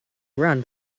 ran